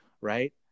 right